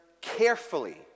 carefully